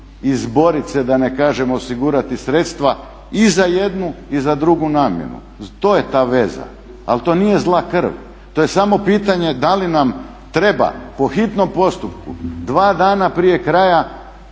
izboriti da ne kažem osigurati sredstva i za jednu i za drugu namjenu, to je ta veza. Ali to nije zla krv. To je samo pitanje da li nam treba po hitnom postupku dva dana prije kraja